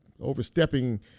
overstepping